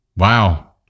wow